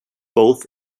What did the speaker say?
both